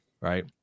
right